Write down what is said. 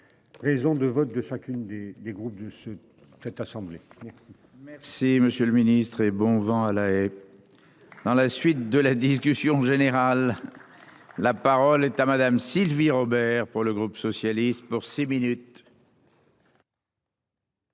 Raisons de votre de chacune des des groupes de ce cette assemblée merci. Merci monsieur le ministre et bon vent à la. Dans la suite de la discussion générale. La parole est à Madame. Sylvie Robert pour le groupe socialiste pour six minutes.